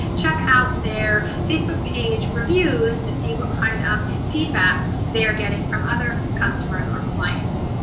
check out their facebook page reviews to see what kind of feedback they are getting from other customers or clients.